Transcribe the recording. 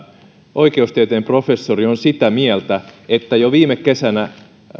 oikeustieteen professori on sitä mieltä että jo viime kesänä